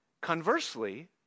Conversely